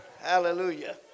Hallelujah